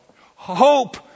Hope